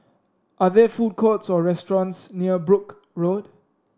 are there food courts or restaurants near Brooke Road